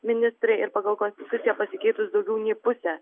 ministrai ir pagal konstituciją pasikeitus daugiau nei pusę